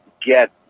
get